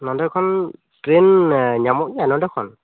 ᱱᱚᱰᱮᱠᱷᱚᱱ train ᱧᱟᱢᱚᱜ ᱜᱮᱭᱟ ᱱᱚᱰᱮᱠᱷᱚᱱ